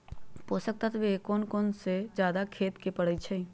पोषक तत्व क कौन कौन खेती म जादा देवे क परईछी?